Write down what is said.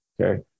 Okay